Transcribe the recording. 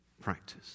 practice